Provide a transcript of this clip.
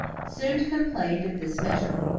soon complained of this measure.